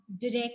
direct